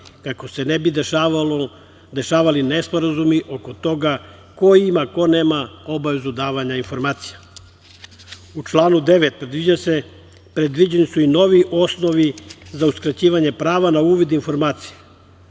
kako se ne bi dešavali nesporazumi oko toga ko ima, ko nema obavezu davanja informacija.U članu 9. predviđeni su i novi osnovi za uskraćivanje prava na uvid informacije,